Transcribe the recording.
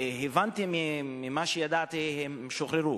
הבנתי ממה שידעתי שהם שוחררו.